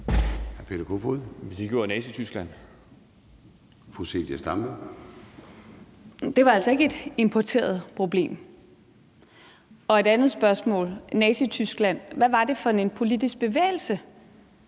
Det var altså ikke et importeret problem. Så har jeg et spørgsmål om Nazityskland. Hvad var det for en politisk bevægelse